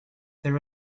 there